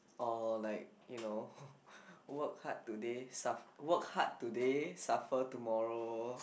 or like you know work hard today suf~ work hard today suffer tomorrow